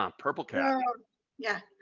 um purple cat. p yeah.